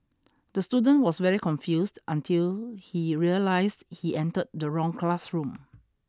the student was very confused until he realised he entered the wrong classroom